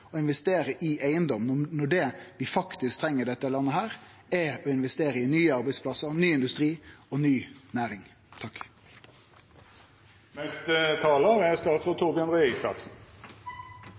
å investere i eigedom når det vi faktisk treng i dette landet, er å investere i nye arbeidsplassar, ny industri og ny næring? Takk